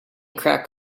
crack